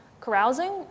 carousing